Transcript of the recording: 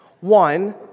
One